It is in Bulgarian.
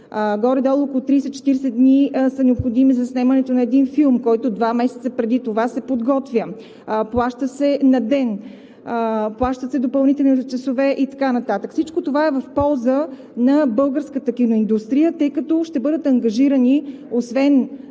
Горе-долу по 30 – 40 дни са необходими за заснемането на един филм, който два месеца преди това се подготвя, плаща се на ден, плащат се допълнителни часове и така нататък. Всичко това е в полза на българската киноиндустрия, тъй като освен актьорите, освен